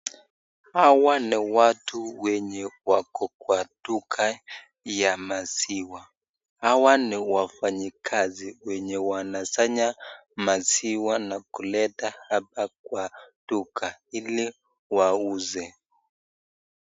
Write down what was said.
Hawa ni watu wenye wako kwa duka ya maziwa. Hawa ni wafanyikazi wenye wanasanya maziwa na kuleta hapa kwa duka ili wauze.